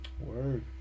word